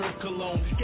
cologne